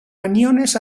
aniones